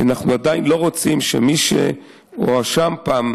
כי עדיין אנחנו לא רוצים שמי שהואשם פעם